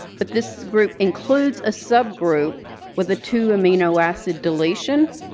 but this group includes a subgroup with the two amino acid dilation.